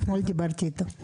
אתמול דיברתי איתו.